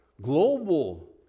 global